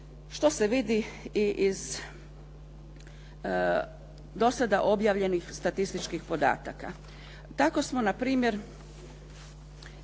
što se vidi i iz do sada objavljenih statističkih podataka. Tako smo na primjer